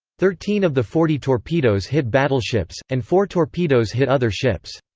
thirteen of the forty torpedoes hit battleships, and four torpedoes hit other ships.